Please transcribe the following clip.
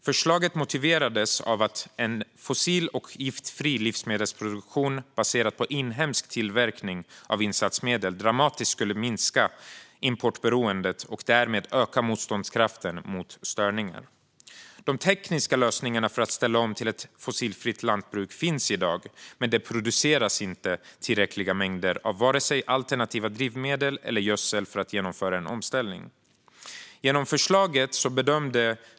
Förslaget motiveras med att en fossil och giftfri livsmedelsproduktion baserad på inhemsk tillverkning av insatsmedel dramatiskt skulle minska importberoendet och därmed öka motståndskraften mot störningar. De tekniska lösningarna för att ställa om till ett fossilfritt lantbruk finns i dag, men det produceras inte tillräckliga mängder av vare sig alternativa drivmedel eller gödsel för att genomföra en omställning.